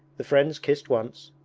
the friends kissed once,